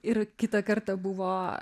ir kitą kartą buvo